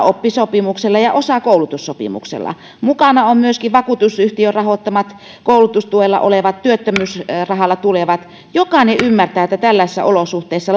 oppisopimuksella ja osa koulutussopimuksella mukana on myöskin vakuutusyhtiön rahoittamat koulutustuella olevat työttömyysrahalla tulevat jokainen ymmärtää että tällaisissa olosuhteissa